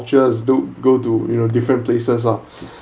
cultures don't go to you know different places lah